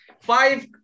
five